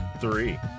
Three